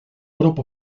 berop